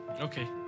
Okay